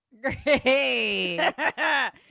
Great